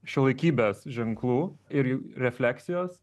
šiuolaikybės ženklų ir refleksijos